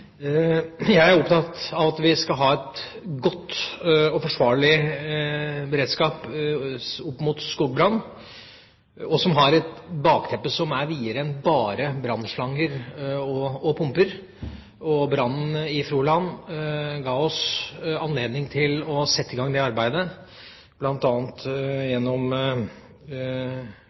Jeg er opptatt av at vi skal ha en god og forsvarlig beredskap mot skogbrann, og som har et bakteppe som er videre enn bare brannslanger og pumper. Brannen i Froland ga oss anledning til å sette i gang det arbeidet, bl.a. gjennom